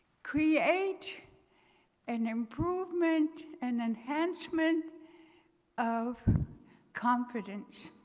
create an improvement and enhancement of confidence,